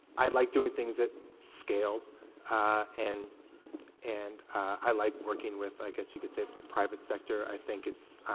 i like doing things that scale and and i like working with i guess you could say the private sector i think it's